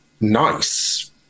nice